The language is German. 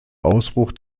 ausbruch